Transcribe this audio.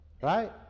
right